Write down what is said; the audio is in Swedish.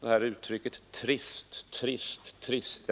upprepade ordet ”trist” — jag vet inte hur många gånger: Trist trist trist!